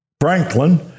Franklin